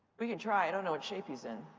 we can try. i don't know what shape he's in.